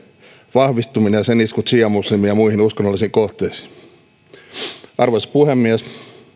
vahvistuminen ja sen iskut siiamuslimeita vastaan ja muihin uskonnollisiin kohteisiin arvoisa puhemies